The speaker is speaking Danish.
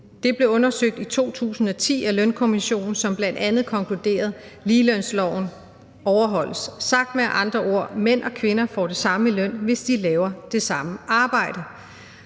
Det blev undersøgt i 2010 af Lønkommissionen, som bl.a. konkluderede, at ligelønsloven overholdes. Sagt med andre ord: Mænd og kvinder får det samme i løn, hvis de laver det samme arbejde.